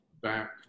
back